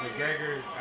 McGregor